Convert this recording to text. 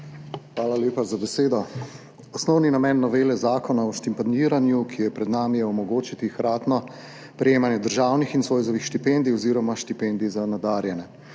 Hvala lepa za besedo. Osnovni namen novele Zakona o štipendiranju, ki je pred nami, je omogočiti hkratno prejemanje državnih in Zoisovih štipendij oziroma štipendij za nadarjene.